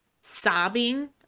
sobbing